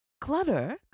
clutter